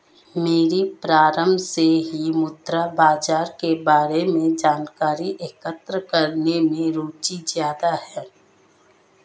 मेरी प्रारम्भ से ही मुद्रा बाजार के बारे में जानकारी एकत्र करने में रुचि ज्यादा है